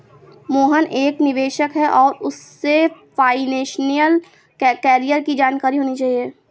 मोहन एक निवेशक है और उसे फाइनेशियल कैरियर की जानकारी होनी चाहिए